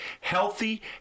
healthy